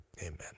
Amen